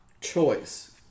choice